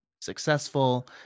successful